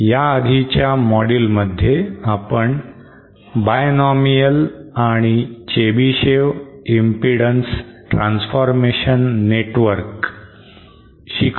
ह्या आधीच्या मॉड्युलमध्ये आपण बायनॉमीअल आणि चेबीशेव इम्पीडन्स ट्रान्सफॉरमेशन नेटवर्क शिकलो